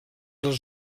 les